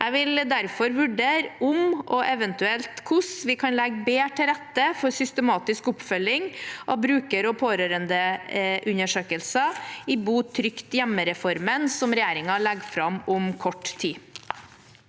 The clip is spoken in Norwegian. Jeg vil derfor vurdere om og eventuelt hvordan vi kan legge bedre til rette for systematisk oppfølging av bruker- og pårørendeundersøkelser i Bo trygt hjemme-reformen, som regjeringen legger fram om kort tid.